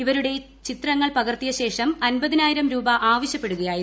ഇരുവരുടേയും ചിത്രങ്ങൾ പകർത്തിയശേഷം അൻപതിനായിരം രൂപ ആവശ്യപ്പെടുകയായിരുന്നു